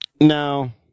Now